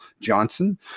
Johnson